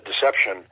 deception